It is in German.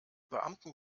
beamten